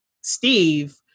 Steve